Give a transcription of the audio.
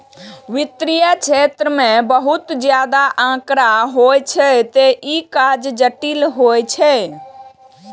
वित्तीय क्षेत्र मे बहुत ज्यादा आंकड़ा होइ छै, तें ई काज जटिल होइ छै